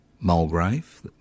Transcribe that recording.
Mulgrave